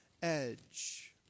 edge